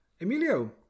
Emilio